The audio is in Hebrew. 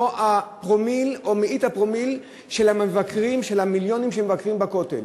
שהיא אפילו לא הפרומיל או מאית הפרומיל של המיליונים שמבקרים בכותל.